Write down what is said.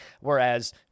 Whereas